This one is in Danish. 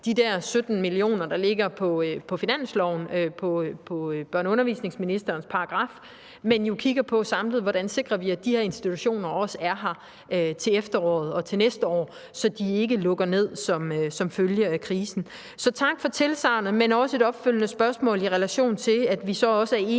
de der 17 mio. kr., der ligger på finansloven under børne- og undervisningsministerens paragraf, for vi kigger samlet på, hvordan vi sikrer, at de her institutioner også er her til efteråret og til næste år, så de ikke lukker ned som følge af krisen. Så tak for tilsagnet, men også et opfølgende spørgsmål i relation til, om vi så også er enige